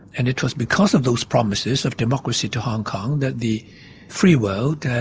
and it was because of those promises of democracy to hong kong that the free world